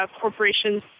corporations